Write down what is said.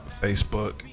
Facebook